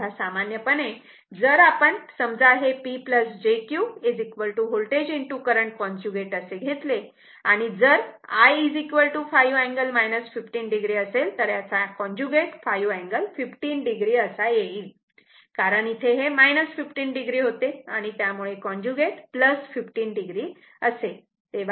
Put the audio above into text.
तेव्हा सामान्यपणे जर आपण समजा हे P jQ voltage current conjugate असे घेतले आणि जर I 5 अँगल 15 o असेल तर याचा कॉन्जुगेट 5 angle 15 o असा येईल कारण इथे हे 15 o होते त्यामुळे कॉन्जुगेट 15 o असेल